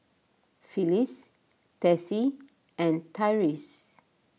Phyliss Tessie and Tyreese